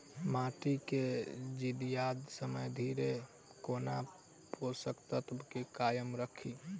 माटि केँ जियादा समय धरि कोना पोसक तत्वक केँ कायम राखि?